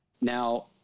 Now